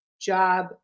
job